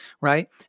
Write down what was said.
right